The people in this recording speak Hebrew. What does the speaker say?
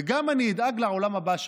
ואני אדאג לעולם הבא שלך.